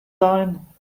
sein